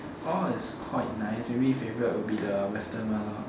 all is quite nice maybe favourite will be the western one